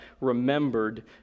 remembered